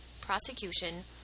prosecution